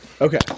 Okay